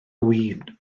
win